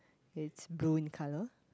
it's blue in colour